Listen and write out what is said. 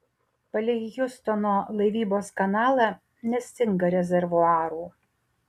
palei hjustono laivybos kanalą nestinga rezervuarų